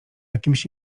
jakimś